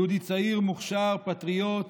יהודי צעיר, מוכשר, פטריוט